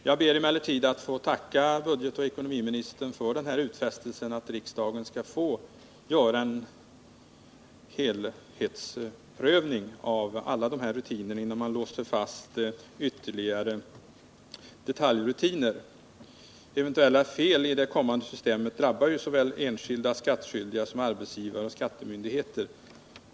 Jag ber emellertid att få tacka budgetoch ekonomiministern för utfästelsen att riksdagen skall få göra en helhetsprövning av alla dessa rutiner innan ytterligare detaljrutiner blir fastlåsta — eventuella fel i det kommande systemet drabbar ju såväl enskilda skattskyldiga som arbetsgivare och skattemyndigheter.